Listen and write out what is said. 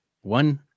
one